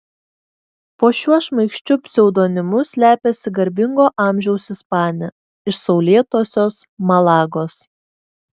po šiuo šmaikščiu pseudonimu slepiasi garbingo amžiaus ispanė iš saulėtosios malagos